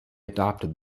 adopted